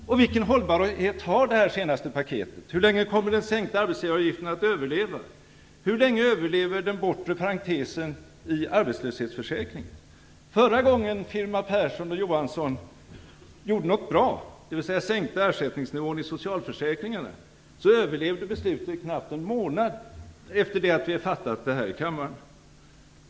Ta det senaste paketet: Hur länge kommer den sänkta arbetsgivaravgiften att överleva? Hur länge överlever den bortre parentesen i arbetslöshetsförsäkring? Förra gången Firma Persson och Johansson gjorde något bra, dvs. sänkte ersättningsnivån i socialförsäkringarna, överlevde beslutet knappt en månad efter det att vi hade fattat det här i kammaren.